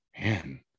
Man